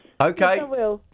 Okay